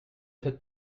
faites